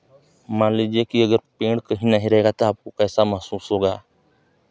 मान लीजिए की अगर पेड़ कहीं नहीं रहेगा तो आपको कैसा महसूस होगा